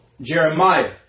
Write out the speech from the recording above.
Jeremiah